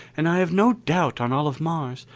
and i have no doubt on all of mars,